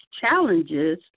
challenges